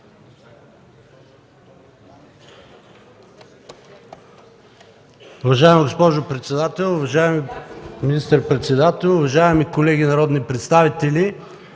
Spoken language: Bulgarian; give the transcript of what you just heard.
Уважаема госпожо председател, уважаеми господин министър-председател, уважаеми колеги народни представители!